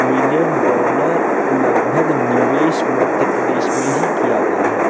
million dollar लगभग निवेश मध्य प्रदेश में ही किया गया है